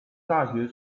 大学